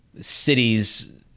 cities